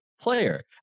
player